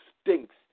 stinks